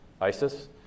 ISIS